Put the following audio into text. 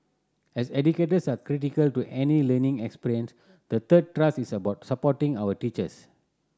as educators are critical to any learning experience the third thrust is about supporting our teachers